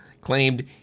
claimed